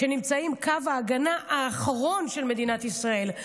שנמצאים בקו ההגנה האחרון של מדינת ישראל.